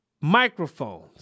microphones